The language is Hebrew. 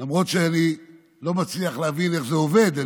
למרות שאני לא מצליח להבין איך זה עובד,